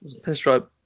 pinstripe